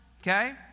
Okay